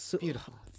beautiful